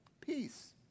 Peace